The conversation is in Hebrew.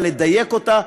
לדייק אותה,